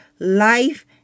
life